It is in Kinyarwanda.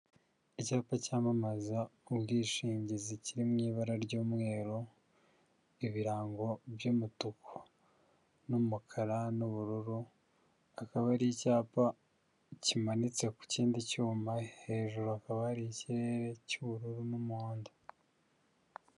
Icyapa cyamamaza ubwishingizi kiri mu ibara ry'umweru, ibirango by'umutuku n'umukara n'ubururu, akaba ari icyapa kimanitse ku kindi cyuma, hejuru akaba hari ikirere cy'ubururu n'umuhondo.